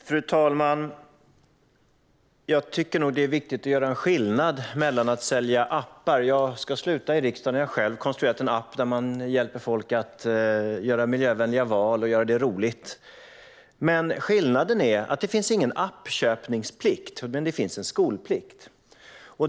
Fru talman! Jag tycker nog att det är viktigt att göra skillnad på detta och att sälja appar. Jag ska sluta i riksdagen och har själv konstruerat en app som hjälper folk att göra miljövänliga val och göra det på ett roligt sätt. Skillnaden är att det inte finns någon appköpningsplikt men det finns en skolplikt.